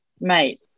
Mate